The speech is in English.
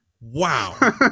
Wow